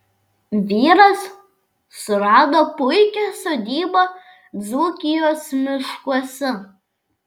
vyras surado puikią sodybą dzūkijos miškuose